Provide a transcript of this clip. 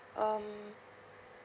um